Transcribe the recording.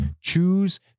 Choose